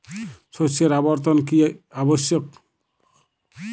শস্যের আবর্তন কী আবশ্যক?